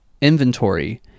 inventory